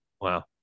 Wow